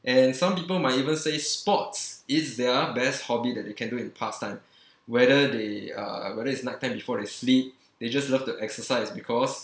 and some people might even say sports is their best hobby that they can do in pastime whether they uh whether it's night time before they sleep they just love to exercise because